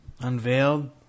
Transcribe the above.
unveiled